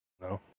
No